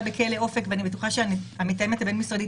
בכלא אופק ואני בטוחה שהמתאמת הבין משרדית,